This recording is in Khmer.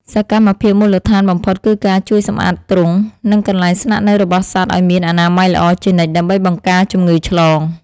សកម្មភាពមូលដ្ឋានបំផុតគឺការជួយសម្អាតទ្រុង និងកន្លែងស្នាក់នៅរបស់សត្វឱ្យមានអនាម័យល្អជានិច្ចដើម្បីបង្ការជំងឺឆ្លង។